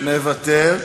מוותר.